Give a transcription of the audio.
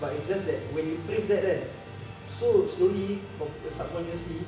but it's just that when you place that kan so slowly kau subconsciously